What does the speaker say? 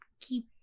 keep